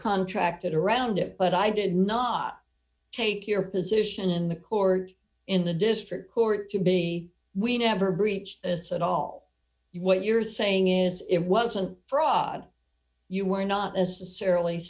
contracted a round of but i did not take your position in the court in the district court to be we never breach this at all what you're saying is it wasn't fraud you were not necessarily